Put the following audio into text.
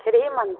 श्री मन्दिर